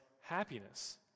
happiness